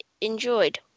enjoyed